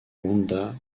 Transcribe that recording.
wanda